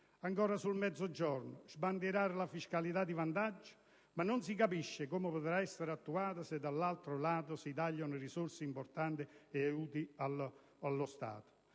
per il Mezzogiorno, si sbandiera la fiscalità di vantaggio, ma non si capisce come potrà essere attuata se dall'altro lato si tagliano risorse importanti e aiuti di Stato.